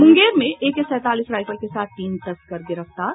मुंगेर में एके सैंतालीस राईफल के साथ तीन तस्कर गिरफ्तार